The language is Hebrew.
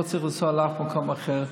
לא צריך לנסוע לשום מקום אחר.